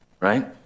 right